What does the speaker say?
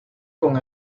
con